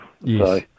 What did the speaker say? Yes